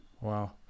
Wow